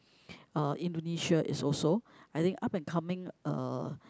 uh Indonesia is also I think up and coming uh